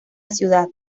ciudad